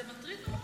זה מטריד ממש.